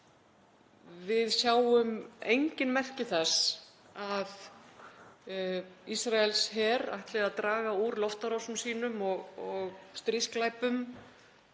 Við sjáum engin merki þess að Ísraelsher ætli að draga úr loftárásum sínum og stríðsglæpum